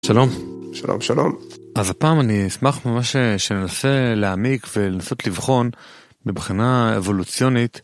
שלום. שלום שלום. אז הפעם אני אשמח ממש שננסה להעמיק ולנסות לבחון מבחינה אבולוציונית